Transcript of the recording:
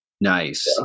Nice